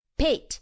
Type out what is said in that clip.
pit